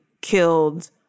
killed